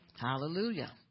Hallelujah